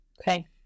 Okay